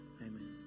amen